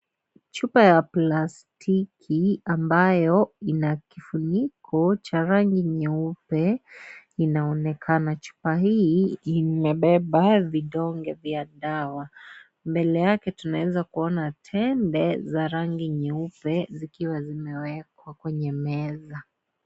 Chupa ya plastiki, ambayo ina kifuniko cha rangi nyeupe inaonekana. Chupa hii, imebeba vidonge vya dawa. Mbele yake, tunaweza kuona tembe za rangi nyeupe zikiwa zimewekwa kwenye meza.